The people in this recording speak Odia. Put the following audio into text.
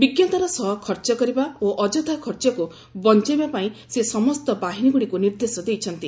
ବିଜ୍ଞତାର ସହ ଖର୍ଚ୍ଚ କରିବା ଓ ଅଯଥା ଖର୍ଚ୍ଚକୁ ବଞ୍ଚାଇବା ପାଇଁ ସେ ସମସ୍ତ ବାହିନୀଗୁଡ଼ିକୁ ନିର୍ଦ୍ଦେଶ ଦେଇଛନ୍ତି